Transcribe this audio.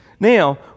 Now